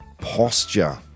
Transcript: posture